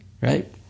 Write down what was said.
right